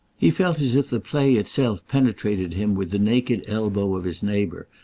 he felt as if the play itself penetrated him with the naked elbow of his neighbour,